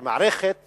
שמערכת